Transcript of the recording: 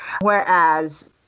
whereas